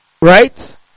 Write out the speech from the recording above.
Right